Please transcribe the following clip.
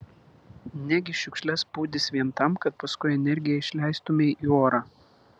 negi šiukšles pūdys vien tam kad paskui energiją išleistumei į orą